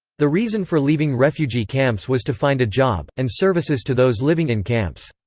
the reason for leaving refugee camps was to find a job, and services to those living in camps.